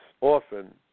often